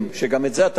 וגם את זה אתה מכיר,